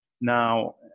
Now